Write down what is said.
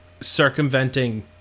circumventing